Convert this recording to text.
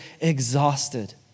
exhausted